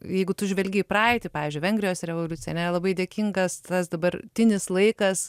jeigu tu žvelgi į praeitį pavyzdžiui vengrijos revoliucija ane labai dėkingas tas dabartinis laikas